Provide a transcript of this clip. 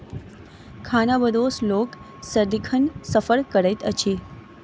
खानाबदोश लोक सदिखन सफर करैत अछि